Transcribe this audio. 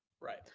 right